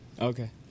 Okay